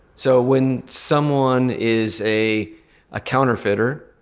so when someone is a ah counterfeiter,